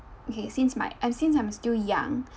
okay since my I'm since I'm still young